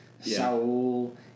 Saul